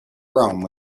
rome